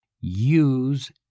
Use